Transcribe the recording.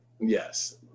Yes